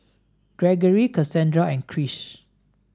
Gregory Casandra and Krish